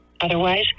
Otherwise